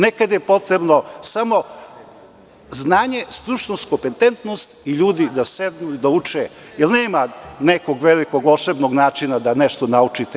Nekad je potrebno samo znanje, stručnost, kompetentnost i ljudi da sednu i da uče, jer nema nekog velikog, volšebnog načina da nešto naučite.